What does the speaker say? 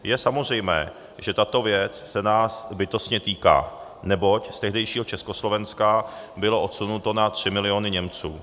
Je samozřejmé, že tato věc se nás bytostně týká, neboť z tehdejšího Československa bylo odsunuto na 3 miliony Němců.